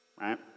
right